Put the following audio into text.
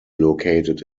located